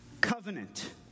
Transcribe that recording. covenant